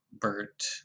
Bert